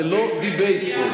זה לא דיבייט פה.